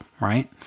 right